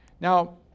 Now